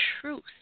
truth